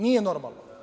Nije normalno.